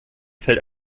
fällt